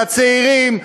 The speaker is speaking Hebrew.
והצעירים,